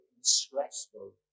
stressful